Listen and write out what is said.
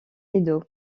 edo